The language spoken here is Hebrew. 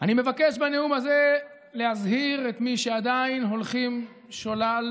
אני מבקש בנאום הזה להזהיר את מי שעדיין הולכים שולל